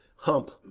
humph!